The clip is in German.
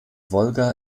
wolga